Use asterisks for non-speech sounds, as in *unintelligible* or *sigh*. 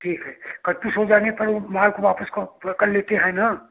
ठीक है *unintelligible* जाने पर वो माल वापस कर लेते हैं ना